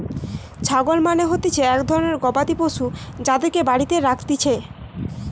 ছাগল মানে হতিছে এক ধরণের গবাদি পশু যাদেরকে বাড়িতে রাখতিছে